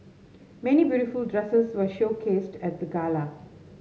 many beautiful dresses were showcased at the gala